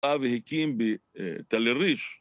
אבי הקים בתל אביב